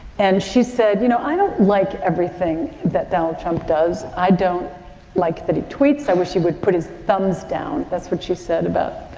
and she said, you know, i don't like everything that donald trump does. i don't like that he tweets. i wish he would put his thumbs down. that's what she said about